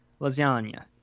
lasagna